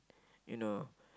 you know